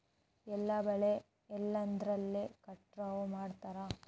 ಎಲ್ಲ ಬೆಳೆ ಎದ್ರಲೆ ಕಟಾವು ಮಾಡ್ತಾರ್?